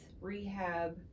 rehab